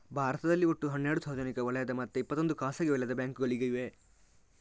ಭಾರತದಲ್ಲಿ ಒಟ್ಟು ಹನ್ನೆರಡು ಸಾರ್ವಜನಿಕ ವಲಯದ ಮತ್ತೆ ಇಪ್ಪತ್ತೊಂದು ಖಾಸಗಿ ವಲಯದ ಬ್ಯಾಂಕುಗಳು ಈಗ ಇವೆ